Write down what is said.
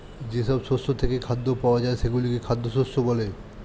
যেসব শস্য থেকে খাদ্য পাওয়া যায় সেগুলোকে খাদ্য শস্য বলে